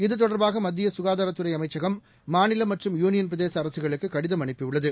இத்தொடர்பாக மத்திய சுகாதாரத்துறை அமைச்சகம் மாநில மற்றும் யூனியன் பிரதேச அரசகளுக்கு கடிதம் அனுப்பியுள்ளது